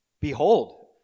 Behold